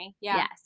Yes